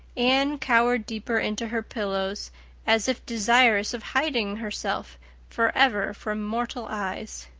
anne cowered deeper into her pillows as if desirous of hiding herself forever from mortal eyes.